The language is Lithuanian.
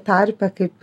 tarpe kaip